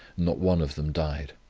not one of them died.